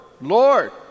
Lord